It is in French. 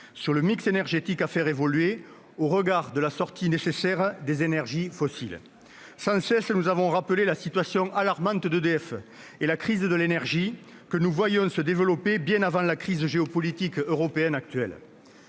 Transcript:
sur le mix énergétique, qui doit évoluer au regard de l'indispensable sortie des énergies fossiles. Sans cesse, nous avons rappelé la situation alarmante d'EDF et attiré l'attention sur la crise de l'énergie que nous voyions se développer bien avant la crise géopolitique européenne actuelle.